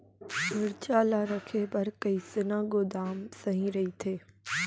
मिरचा ला रखे बर कईसना गोदाम सही रइथे?